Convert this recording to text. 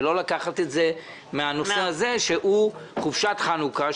ולא לקחת את הכסף מהנושא הזה של חופשת חנוכה.